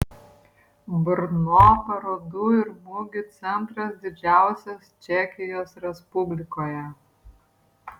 brno parodų ir mugių centras didžiausias čekijos respublikoje